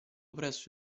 presso